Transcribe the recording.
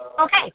Okay